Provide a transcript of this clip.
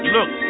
Look